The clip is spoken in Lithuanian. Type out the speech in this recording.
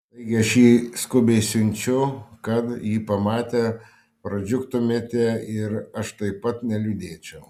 taigi aš jį skubiai siunčiu kad jį pamatę pradžiugtumėte ir aš taip pat neliūdėčiau